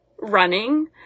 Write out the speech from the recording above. running